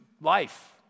life